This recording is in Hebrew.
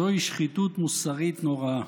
זוהי שחיתות מוסרית נוראה.